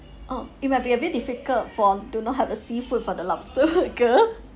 oh it might be a bit difficult for to not have a seafood for the lobster